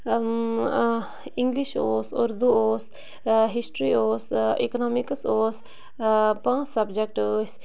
English اوس اُردو اوس history اوس اِکنامِکٕس اوس پانٛژھ سَبجَکٹ ٲسۍ